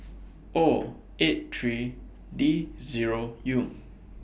O eight three D Zero U